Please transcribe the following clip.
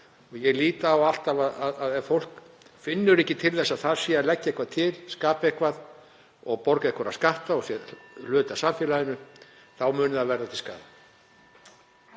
Ég lít alltaf svo á að ef fólk finnur ekki til þess að það sé að leggja eitthvað til, skapa eitthvað, borga einhverja skatta og sé hluti af samfélaginu þá muni það verða til skaða.